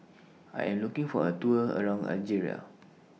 I Am looking For A Tour around Algeria